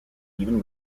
even